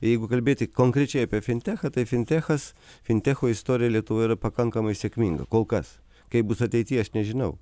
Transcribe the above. jeigu kalbėti konkrečiai apie fintechą tai fintechas fintecho istorija lietuvoj yra pakankamai sėkminga kol kas kaip bus ateity aš nežinau